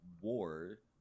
war